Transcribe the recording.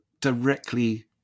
directly